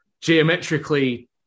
geometrically